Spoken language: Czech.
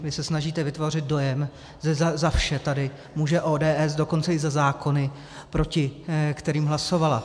Vy se snažíte vytvořit dojem, že za vše tady může ODS, dokonce i za zákony, proti kterým hlasovala.